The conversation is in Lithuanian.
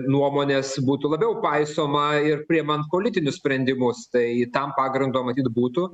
nuomonės būtų labiau paisoma ir priimant politinius sprendimus tai tam pagrindo matyt būtų